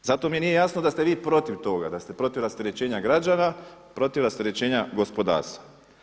Zato mi nije jasno da ste vi protiv toga, da ste protiv rasterećenja građana, protiv rasterećenja gospodarstva.